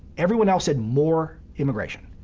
everyone else said more immigration,